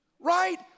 right